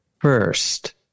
First